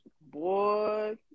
boy